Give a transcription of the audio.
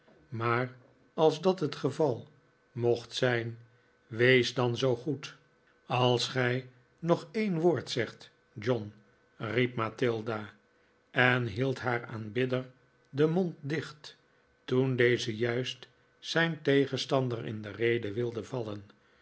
maar als dat het geval mocht zijn wees dan zoo goed als gij nog een woord zegt john riep mathilda en hield haar aanbidder den mond dicht toen deze juist zijn tegenstander in de rede wilde vallen